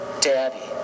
daddy